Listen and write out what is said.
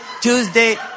Tuesday